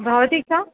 भवती का